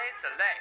Select